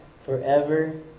forever